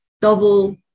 double